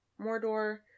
Mordor